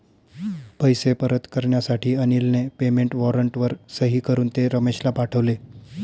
पैसे परत करण्यासाठी अनिलने पेमेंट वॉरंटवर सही करून ते रमेशला पाठवले